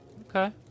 Okay